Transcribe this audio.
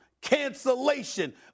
cancellation